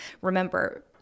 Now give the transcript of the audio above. Remember